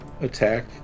attack